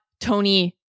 Tony